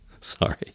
Sorry